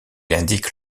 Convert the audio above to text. indique